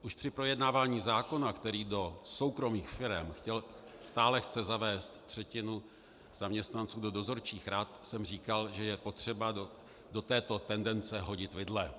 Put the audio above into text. Už při projednávání zákona, který do soukromých firem stále chce zavést třetinu zaměstnanců do dozorčích rad, jsem říkal, že je potřeba do této tendence hodit vidle.